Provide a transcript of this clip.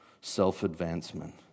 self-advancement